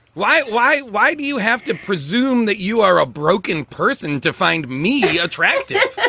why? why why do you have to presume that you are a broken person to find me attractive?